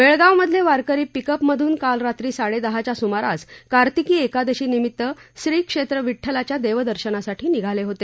बेळगावमधले वारकरी पिकअपमधून काल रात्री साडेदहाच्या सुमारास पहाटे कार्तिकी एकादशीनिमित्त श्री क्षेत्र विठ्ठलच्या देवदर्शनासाठी निघाले होते